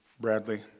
Bradley